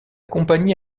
compagnie